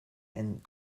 and